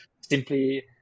simply